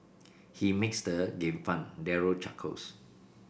he makes the game fun Daryl chuckles